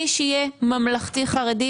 מי שיהיה ממלכתי חרדי,